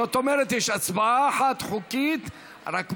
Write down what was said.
זאת אומרת, יש הצבעה אחת חוקית, רק מה?